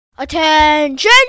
Attention